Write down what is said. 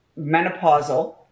menopausal